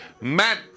Matt